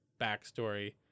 backstory